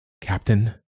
Captain